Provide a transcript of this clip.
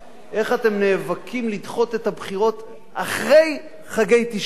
איך אתם נאבקים לדחות את הבחירות לאחרי חגי תשרי,